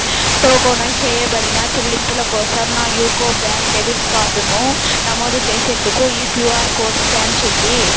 tokenise చేయబడిన చెల్లింపుల కోసం నా యూకో బ్యాంక్ డెబిట్ కార్డును నమోదు చేసేందుకు ఈ క్యుఆర్ కోడ్ స్కాన్ చేయి